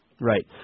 Right